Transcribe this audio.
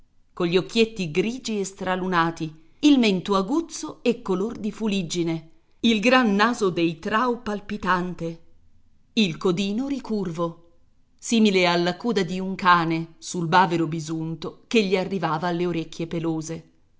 tartaruga cogli occhietti grigi e stralunati il mento aguzzo e color di filiggine il gran naso dei trao palpitante il codino ricurvo simile alla coda di un cane sul bavero bisunto che gli arrivava alle orecchie pelose